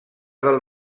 del